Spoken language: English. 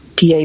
PA